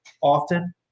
often